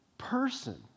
person